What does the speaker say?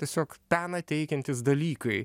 tiesiog peną teikiantys dalykai